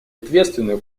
ответственную